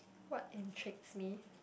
what intrigues me